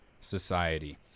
society